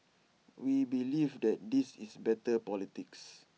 we believe that this is better politics